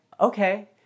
okay